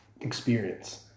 experience